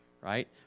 right